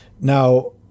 Now